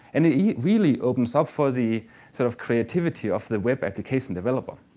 and it really opens up for the sort of creativity of the web application developer.